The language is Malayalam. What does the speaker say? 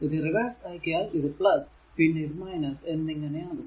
ഇത് റിവേഴ്സ് ആക്കിയാൽ ഇത് പിന്നെ ഇത് എന്നിങ്ങനെ ആകും